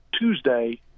Tuesday